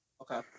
Okay